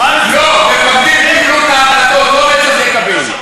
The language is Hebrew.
לא, מפקדים קיבלו את ההחלטות, לא מצ"ח מקבלת.